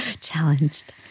challenged